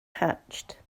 hatched